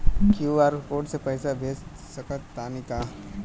QR code से पईसा भेज सक तानी का?